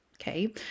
Okay